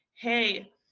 hey